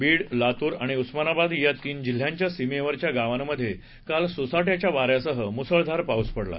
बीड लातूर आणि उस्मानाबाद या तीन जिल्ह्यांच्या सीमेवरच्या गावांमधे काल सोसाट्याच्या वाऱ्यासह मुसळधार पाऊस पडला